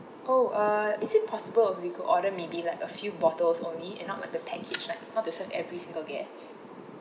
oh uh is it possible if we could order maybe like a few bottles only and not like the package like not to serve every single guest